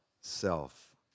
self